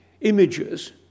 images